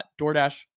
DoorDash